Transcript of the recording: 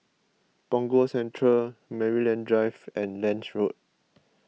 Punggol Central Maryland Drive and Lange Road